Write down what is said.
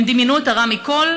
הם דמיינו את הרע מכול,